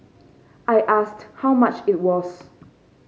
I asked how much it was